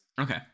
Okay